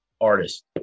artist